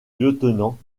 lieutenant